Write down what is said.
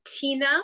Tina